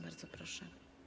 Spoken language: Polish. Bardzo proszę.